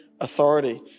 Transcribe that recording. authority